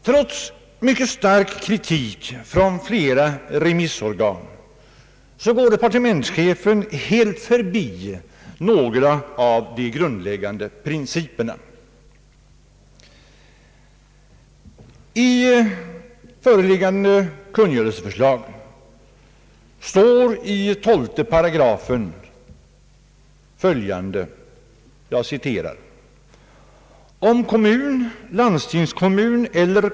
Trots mycket stark kritik från flera remissorgan går departementschefen helt förbi några av de grundläggande principerna.